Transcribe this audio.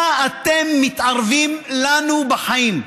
מה אתם מתערבים לנו בחיים?